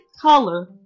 color